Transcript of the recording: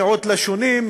מיעוט לשוני,